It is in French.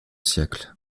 siècle